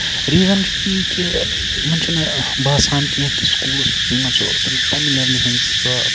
reason چھُ یی کہِ یِمن چھُنہٕ باسان کیٚنہہ کہِ سکوٗلَس منٛز چھُ یِمن سُہ تَمہِ لیولہِ ہِنز سۄ